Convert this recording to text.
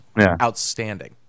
outstanding